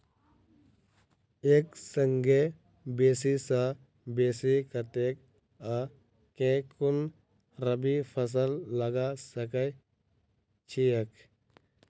एक संगे बेसी सऽ बेसी कतेक आ केँ कुन रबी फसल लगा सकै छियैक?